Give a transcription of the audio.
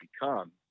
become